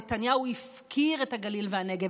נתניהו הפקיר את הגליל והנגב.